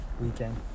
weekend